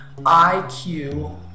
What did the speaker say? IQ